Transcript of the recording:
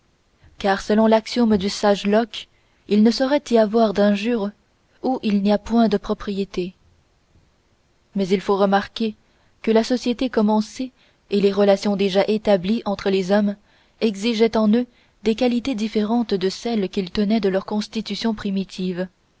car selon l'axiome du sage locke il ne saurait y avoir d'injure où il n'y a point de propriété mais il faut remarquer que la société commencée et les relations déjà établies entre les hommes exigeaient en eux des qualités différentes de celles qu'ils tenaient de leur constitution primitive